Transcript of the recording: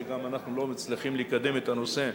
שגם אנחנו לא מצליחים לקדם את הנושא,